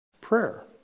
Prayer